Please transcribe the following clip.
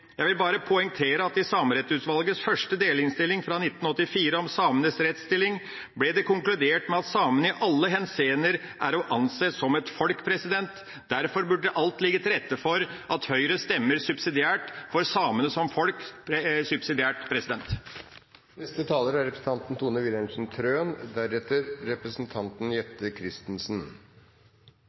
Jeg vil bare poengtere at i Samerettsutvalgets første delinnstilling fra 1984 om samenes rettsstilling ble det konkludert med at samene i alle henseender er å anse som et folk. Derfor burde alt ligge til rette for at Høyre stemmer subsidiært for samene som folk. Rett til helsehjelp er